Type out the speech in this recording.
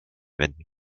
wänden